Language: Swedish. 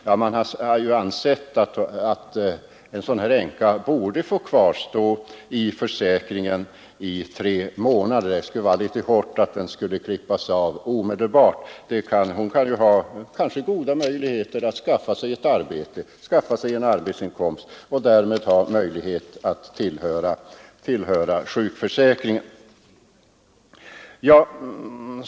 Ja, man har ansett att änkan borde få kvarstå i försäkringen tre månader, därför att det skulle vara litet hårt om den skulle klippas av omedelbart. Hon kanske har goda möjligheter att skaffa sig ett arbete och en arbetsinkomst och hon har därmed goda möjligheter att tillhöra sjukförsäkringen.